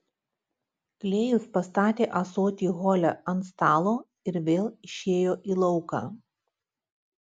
klėjus pastatė ąsotį hole ant stalo ir vėl išėjo į lauką